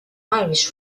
irish